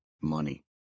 Money